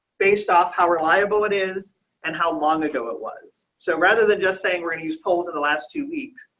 based off how reliable it is and how long ago it was so rather than just saying right he's pulled in the last two weeks.